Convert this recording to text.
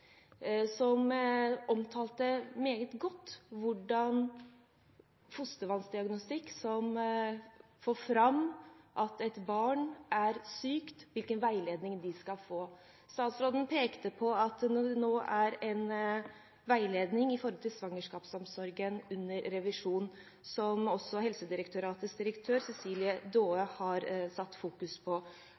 som omtalte – meget godt – hvordan fostervannsdiagnostikk får fram at et barn er sykt og hvilken veiledning man skal få. Statsråden pekte på at en veiledning for svangerskapsomsorgen nå er under revisjon, som også Helsedirektoratets direktør, Cecilie Daae, har satt fokus på.